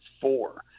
four